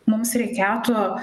mums reikėtų